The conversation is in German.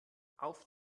auf